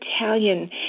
Italian